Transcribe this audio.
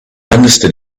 understood